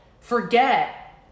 forget